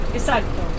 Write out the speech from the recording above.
Exacto